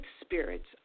spirits